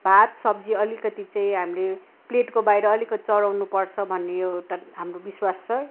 भात सब्जी अलिकति चाहिँ हामीले प्लेटको बाहिर अलिकति चढाउनुपर्छ भन्ने यो एउटा हाम्रो विश्चास छ